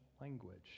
language